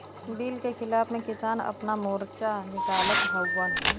bill के खिलाफ़ में किसान आपन मोर्चा निकालत हउवन